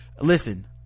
listen